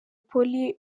polly